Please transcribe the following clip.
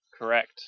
Correct